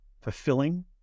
fulfilling